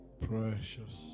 Precious